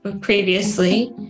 previously